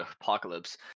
apocalypse